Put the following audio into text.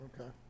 Okay